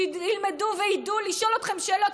שילמדו וידעו לשאול אתכם שאלות.